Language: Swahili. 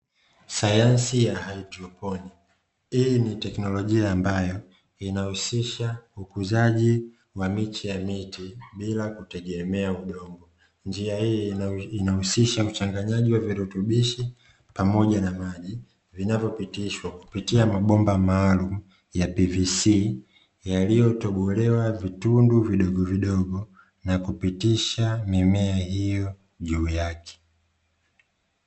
Sayansi ya haidroponi; hii ni teknolojia ambayo inahusisha ukuzaji wa miche ya miti bila kutegemea udongo. Njia hii inahusisha uchanganyaji wa virutubishi pamoja na maji, vinavyopitishwa kupitia mabomba maalumu ya "PVC" yaliyotobolewa vitundu vidogovidogo, na kupitisha mimea hiyo juu yake.